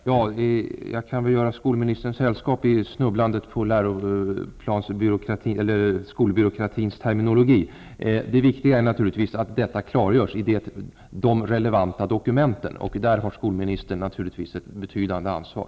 Herr talman! Jag kan väl göra skolministern säll skap i snubblandet på skolbyråkratins termino logi. Det viktiga är naturligtvis att detta klargörs i de relevanta dokumenten. Där har skolministern ett betydande ansvar.